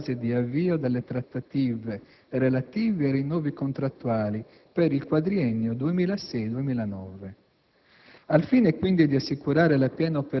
in particolare nella delicata fase di avvio delle trattative relative ai rinnovi contrattuali per il quadriennio 2006-2009.